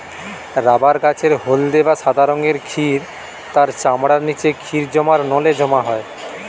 rubber গাছের হলদে বা সাদা রঙের ক্ষীর তার চামড়ার নিচে ক্ষীর জমার নলে জমা হয়